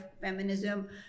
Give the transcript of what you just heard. feminism